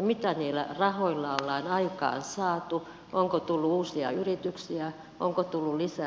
mitä niillä rahoilla ollaan aikaan saatu onko tullut uusia yrityksiä onko tullut lisää työpaikkoja